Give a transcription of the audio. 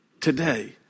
today